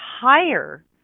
higher